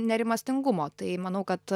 nerimastingumo tai manau kad